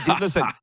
listen